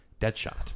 Deadshot